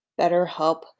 BetterHelp